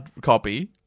copy